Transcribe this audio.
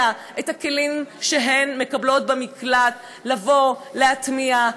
אלא את הכלים שהן מקבלות במקלט לבוא ולהטמיע,